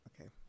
Okay